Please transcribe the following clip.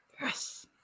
Yes